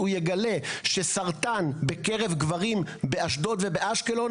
הוא יגלה שסרטן בקרב גברים באשדוד ובאשקלון,